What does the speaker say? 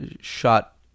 shot